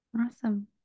Awesome